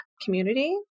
community